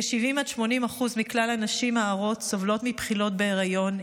כ-70% 80% מכלל הנשים ההרות סובלות מבחילות בהיריון,